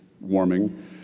warming